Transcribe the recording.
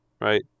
right